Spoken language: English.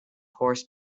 horse